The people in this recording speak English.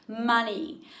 money